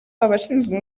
abashinzwe